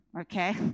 okay